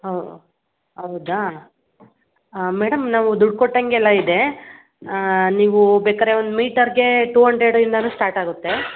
ಹಾಂ ಹೌದಾ ಹಾಂ ಮೇಡಮ್ ನಾವು ದುಡ್ಡು ಕೊಟ್ಟಂಗೆಲ್ಲ ಇದೆ ನೀವು ಬೇಕಾದ್ರೆ ಒಂದು ಮೀಟರಿಗೆ ಟು ಹಂಡ್ರೆಡ್ಯಿಂದಲೂ ಸ್ಟಾರ್ಟಾಗುತ್ತೆ